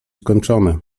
skończone